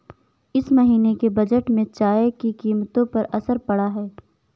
इस महीने के बजट में चाय की कीमतों पर असर पड़ा है